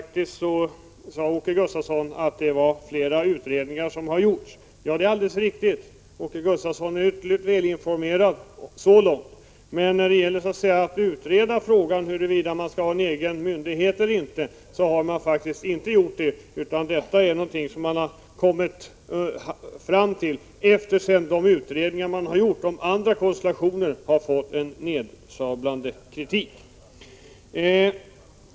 Åke Gustavsson sade att flera utredningar har gjorts. Ja, det är alldeles riktigt. Åke Gustavsson är ytterligt välinformerad så långt. Men man har faktiskt inte utrett frågan huruvida man skall ha en egen myndighet eller inte; det är någonting som man kommit fram till efter det att de utredningar man har gjort om andra konstellationer har blivit utsatta för nedsablande kritik.